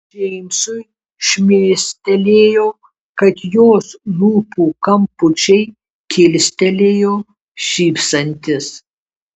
džeimsui šmėstelėjo kad jos lūpų kampučiai kilstelėjo šypsantis